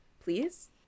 please